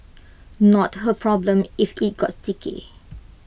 not her problem if IT got sticky